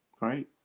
right